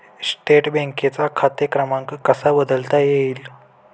State बँकेचा खाते क्रमांक कसा बदलता येईल?